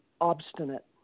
obstinate